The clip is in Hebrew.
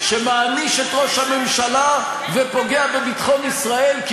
שמעניש את ראש הממשלה ופוגע בביטחון ישראל כי